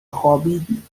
خوابیدیم